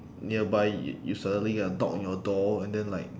nearby y~ you suddenly get a knock on your door and then like